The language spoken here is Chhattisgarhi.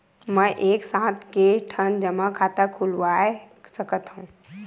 मैं एक साथ के ठन जमा खाता खुलवाय सकथव?